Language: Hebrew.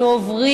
תודה,